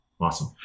Awesome